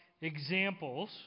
examples